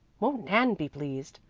won't nan be pleased!